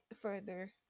further